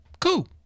cool